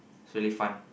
it's really fun